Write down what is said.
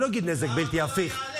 אני לא אגיד נזק בלתי הפיך,